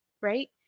Right